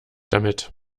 damit